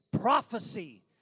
prophecy